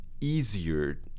easier